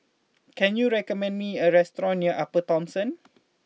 can you recommend me a restaurant near Upper Thomson